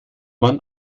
man